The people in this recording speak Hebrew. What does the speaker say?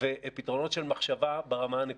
ופתרונות של מחשבה ברמה הנקודתית.